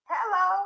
Hello